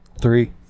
Three